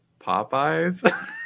Popeyes